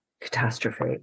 catastrophe